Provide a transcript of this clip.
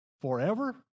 forever